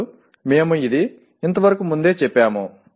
ఇప్పుడు మేము ఇది ఇంతకు ముందే చెప్పాము